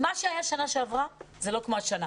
שהיה בשנה שעברה, זה לא כמו השנה.